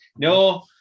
no